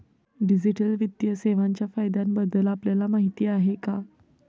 Digital वित्तीय सेवांच्या फायद्यांबद्दल आपल्याला माहिती आहे का?